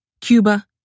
Cuba